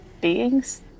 Beings